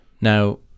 Now